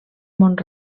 mont